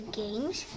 games